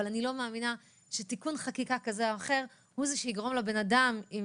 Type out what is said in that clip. אבל אני לא מאמינה שתיקון חקיקה כזה או אחר הוא זה שיגרום לבן אדם לתרום